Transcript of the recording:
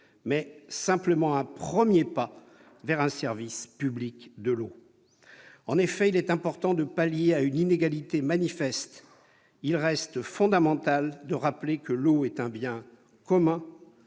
mais un premier pas vers un service public de l'eau. En effet, s'il est important de pallier une inégalité manifeste, il reste fondamental de rappeler que l'eau est un bien commun